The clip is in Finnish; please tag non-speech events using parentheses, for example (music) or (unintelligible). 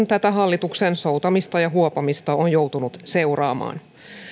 (unintelligible) tätä hallituksen soutamista ja huopaamista on joutunut seuraamaan